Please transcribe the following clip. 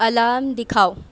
الام دکھاؤ